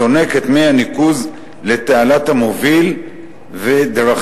הסונק את מי הניקוז לתעלת המוביל ודרכים,